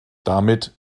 damit